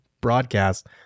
broadcast